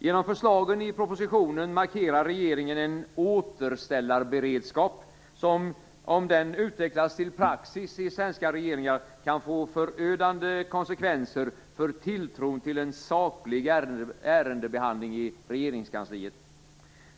Genom förslagen i propositionen markerar regeringen en återställarberedskap som, om den utvecklas till praxis i svenska regeringar, kan få förödande konsekvenser för tilltron till en saklig ärendebehandling i regeringskansliet.